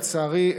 לצערי,